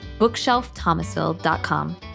bookshelfthomasville.com